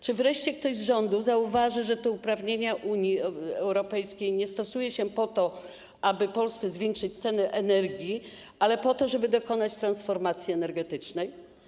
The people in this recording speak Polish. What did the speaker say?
Czy wreszcie ktoś z rządu zauważy, że tych uprawnień Unia Europejska nie stosuje po to, aby Polsce zwiększyć ceny energii, ale po to, żeby dokonać transformacji energetycznej?